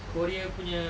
korea punya